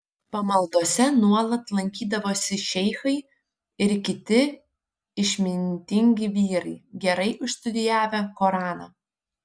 pamaldose nuolat lankydavosi šeichai ir kiti išmintingi vyrai gerai išstudijavę koraną